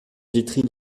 vitry